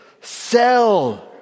sell